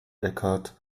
eckhart